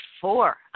four